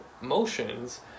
motions